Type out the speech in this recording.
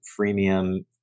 freemium